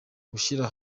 gushyira